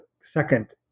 second